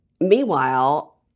Meanwhile